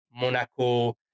Monaco